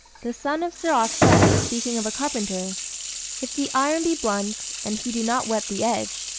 the son of sirach says, speaking of a carpenter if the iron be blunt, and he do not whet the edge,